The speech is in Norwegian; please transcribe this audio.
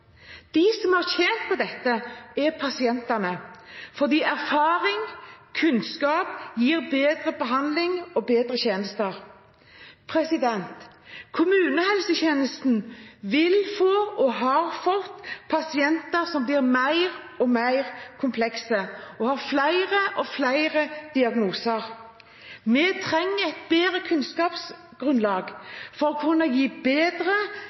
De som har tjent på dette, er pasientene, for erfaring og kunnskap gir bedre behandling og bedre tjenester. Kommunehelsetjenesten vil få og har fått pasienter som blir mer og mer komplekse og har flere og flere diagnoser. Vi trenger et bedre kunnskapsgrunnlag for å kunne gi bedre